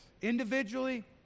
Individually